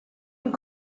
und